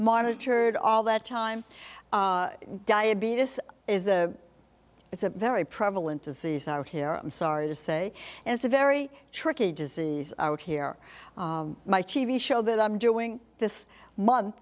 monitored all that time diabetes is a it's a very prevalent disease out here i'm sorry to say and it's a very tricky disease out here my civi show that i'm doing this month